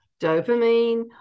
dopamine